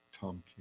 tom